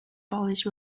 polish